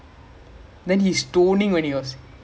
ya he is beard or what or மீச:meesa